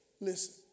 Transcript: Listen